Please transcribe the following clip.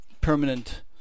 permanent